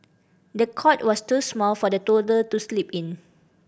the cot was too small for the toddler to sleep in